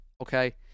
okay